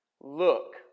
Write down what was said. look